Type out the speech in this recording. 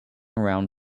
around